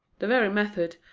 the very method,